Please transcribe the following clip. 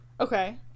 Okay